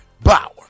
Bauer